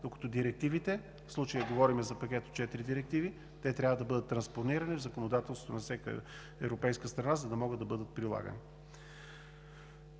докато директивите, в случая говорим за пакет от четири директиви, те трябва да бъдат транспонирани в законодателството на всяка европейска страна, за да могат да бъдат прилагани.